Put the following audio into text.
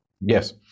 Yes